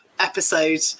episode